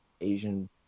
Asian